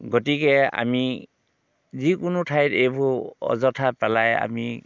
গতিকে আমি যিকোনো ঠাইত এইবোৰ অযথা পেলাই আমি